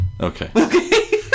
Okay